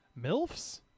MILFs